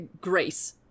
grace